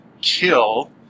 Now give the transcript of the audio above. kill